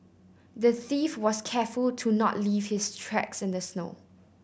the thief was careful to not leave his tracks in the snow